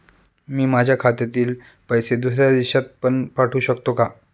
मी माझ्या खात्यातील पैसे दुसऱ्या देशात पण पाठवू शकतो का?